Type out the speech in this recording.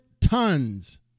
tons